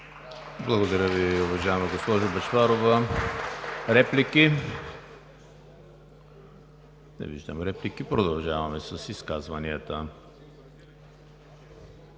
Благодаря Ви, уважаема госпожо Бъчварова. Реплики? Не виждам. Продължаваме с изказванията.